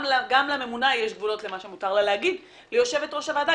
גם לממונה יש גבולות למה שמותר לה להגיד ליושבת-ראש הוועדה,